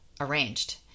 arranged